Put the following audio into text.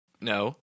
No